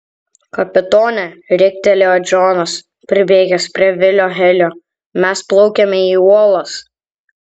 kapitone riktelėjo džonas pribėgęs prie vilio helio mes plaukiame į uolas